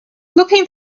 looking